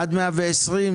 עד מאה ועשרים,